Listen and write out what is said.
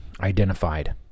identified